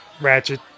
Ratchet